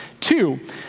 Two